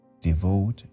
Devote